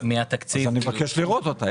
מהתקציב --- אז אני מבקש לראות אותה,